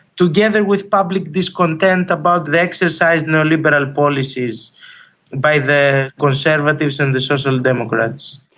together with public discontent about they exercised no liberal policies by the conservatives and the social democrats.